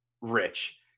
rich